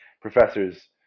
professors